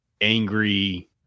angry